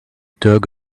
dog